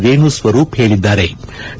ರೇಣು ಸ್ನರೂಪ್ ಹೇಳಿದ್ಗಾರೆ